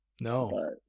No